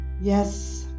Yes